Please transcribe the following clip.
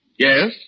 Yes